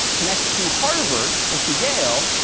connect to harvard or to yale,